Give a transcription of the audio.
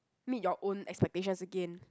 meet your own expectations again